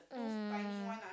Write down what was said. um